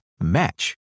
match